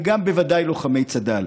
וגם בוודאי לוחמי צד"ל: